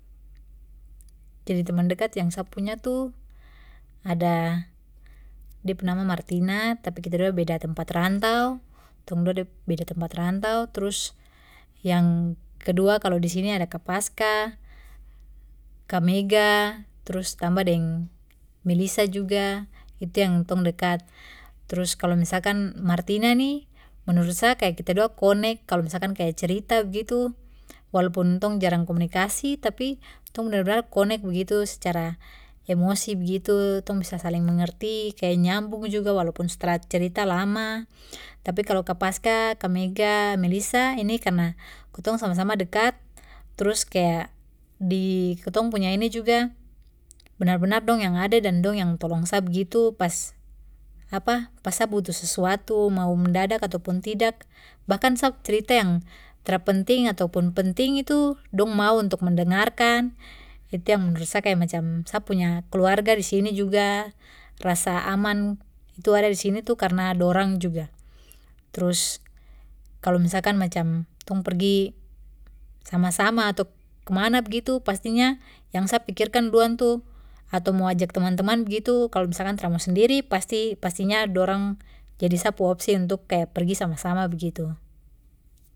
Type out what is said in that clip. jadi teman dekat yang sa punya itu ada dep nama martina tapi kita dua beda tempat rantau tong dua beda tempat rantau trus yang kedua kalo disini ada kak paskah kak mega trus tambah deng melisa juga itu yang tong dekat trus kalo misalkan martina nih menurut sa kaya kita dua nih konek kalo misalkan kaya cerita begitu walaupun tong jarang komunikasi tapi tong benar benar konek begitu secara emosi begitu tong bisa saling mengerti kaya nyambung juga walaupun su tra cerita lama tapi kalo kak paskah kak mega melisa ini karna kitong sama sama dekat trus kaya di kitong punya ini juga benar benar dong yang ada dan dong yang tolong sa begitu pas apa pas sa butuh sesuatu mau mendadak ataupun tidak bahkan sap pu crita yang tra penting atau penting itu dong mau untuk mendengarkan itu yang menurut sa macam sa punya kluarga disini juga rasa aman itu ada disini juga itu karna dorang juga trus kalo misalkan macam tong pergi sama sama atau kemana begitu pastinya yang sa pikirkan duluan tuh atau mau ajak teman teman begitu kalo tra mau sendiri pasti pastinya dorang jadi sa pu opsi pergi sama sama begitu